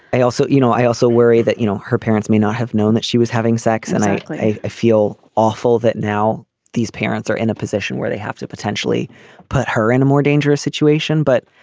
i also you know i also worry that you know her parents may not have known that she was having sex and i i feel awful that now these parents are in a position where they have to potentially put her in a more dangerous situation but